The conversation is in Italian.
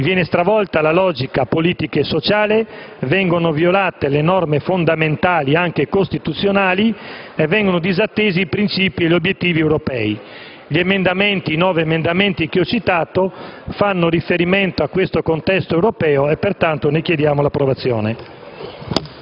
viene stravolta la logica politica e sociale, vengono violate le norme fondamentali, anche costituzionali, e vengono disattesi i principi e gli obiettivi europei. I nove emendamenti che ho citato fanno riferimento a questo contesto europeo e pertanto ne chiediamo l'approvazione.